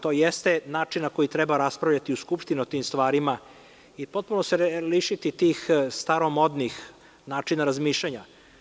To i jeste način na koji treba raspravljati u Skupštini o tim stvarima i potpuno se lišiti tih staromodnih načina razmišljanja.